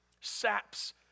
saps